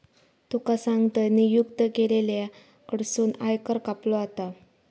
तुका सांगतंय, नियुक्त केलेल्या कडसून आयकर कापलो जाता